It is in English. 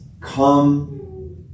come